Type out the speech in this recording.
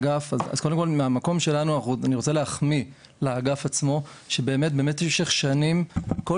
מהמקום שלנו אני רוצה להחמיא לאגף עצמו שבאמת במשך שנים כל